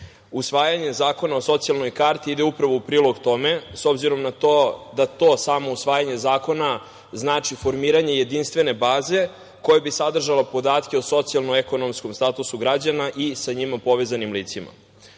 Usvajanje zakona o socijalnoj karti ide upravo u prilog tome, s obzirom na to da to samo usvajanje zakona znači formiranje jedinstvene baze koja bi sadržala podatke o socijalno-ekonomskom statusu građana i sa njima povezanim licima. Kakva